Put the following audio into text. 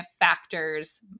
factors